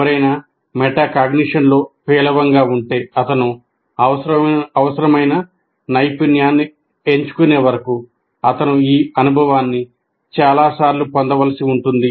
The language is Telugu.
ఎవరైనా మెటాకాగ్నిషన్లో పేలవంగా ఉంటే అతను అవసరమైన నైపుణ్యాన్ని ఎంచుకునే వరకు అతను ఈ అనుభవాన్ని చాలాసార్లు పొందవలసి ఉంటుంది